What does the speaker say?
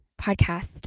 podcast